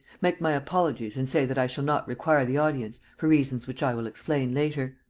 make my apologies and say that i shall not require the audience, for reasons which i will explain later.